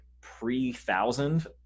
pre-thousand